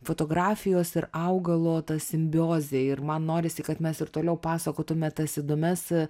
fotografijos ir augalo ta simbiozė ir man norisi kad mes ir toliau pasakotume tas įdomias